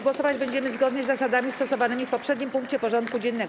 Głosować będziemy zgodnie z zasadami stosowanymi w poprzednim punkcie porządku dziennego.